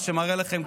מה שמראה לכם,